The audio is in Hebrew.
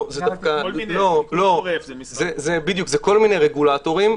זה כל מיני רגולטורים.